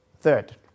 Third